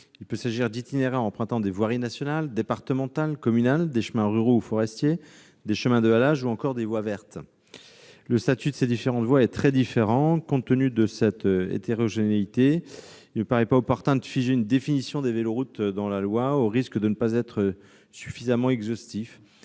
Il peut s'agir d'itinéraires empruntant des voiries nationales, départementales, communales, des chemins ruraux ou forestiers, des chemins de halage, ou encore des voies vertes, et le statut de ces différentes voies varie beaucoup. Compte tenu de cette hétérogénéité, il ne paraît pas opportun de figer dans la loi une définition des véloroutes, au risque de ne pas être suffisamment exhaustif.